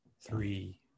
three